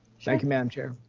thank you, madam chair.